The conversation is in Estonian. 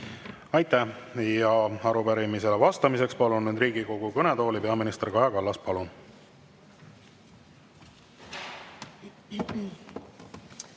Aitäh! Arupärimisele vastamiseks palun nüüd Riigikogu kõnetooli peaminister Kaja Kallase. Palun!